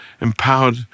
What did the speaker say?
empowered